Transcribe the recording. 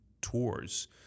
tours